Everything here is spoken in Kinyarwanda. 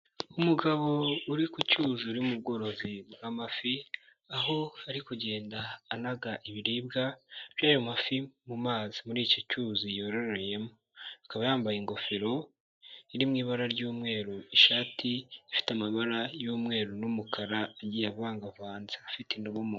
Umugabo uri ku cyuzu, uri mu bworozi bw'amafi, aho ari kugenda anaga ibiribwa by'ayo mafi mu mazi muri icyo cyuzi yororeyemo, akaba yambaye ingofero iri mu ibara ry'umweru, ishati ifite amabara y'umweru n'umukara, agiye avangavanze, afite indobo mu ntoki.